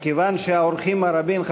מכיוון שהאורחים רבים,